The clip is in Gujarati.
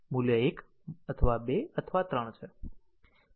મૂલ્ય 1 અથવા 2 અથવા 3